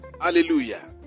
Hallelujah